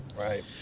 Right